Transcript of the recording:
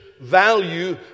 value